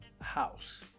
house